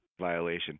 violation